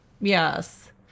yes